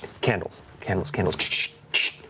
candles, candles, candles.